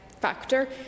factor